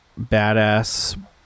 badass